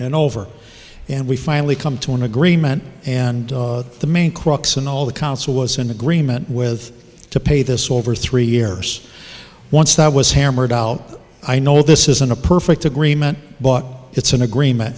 and over and we finally come to an agreement and the main crux and all the council was in agreement with to pay this over three years once that was hammered out i know this isn't a perfect agreement but it's an agreement